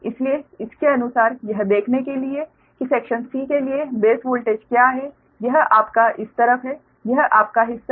इसलिए इसके अनुसार यह देखने के लिए कि सेक्शन c के लिए बेस वोल्टेज क्या है यह आपका इस तरफ है यह आपका हिस्सा है